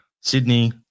Sydney